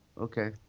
Okay